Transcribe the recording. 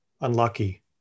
unlucky